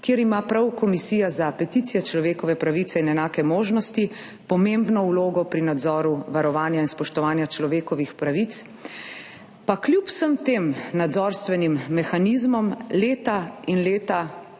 kjer ima prav Komisija za peticije, človekove pravice in enake možnosti pomembno vlogo pri nadzoru varovanja in spoštovanja človekovih pravic. Pa kljub vsem tem nadzorstvenim mehanizmom leta in leta